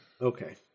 Okay